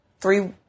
three